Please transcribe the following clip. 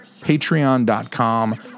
patreon.com